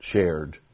shared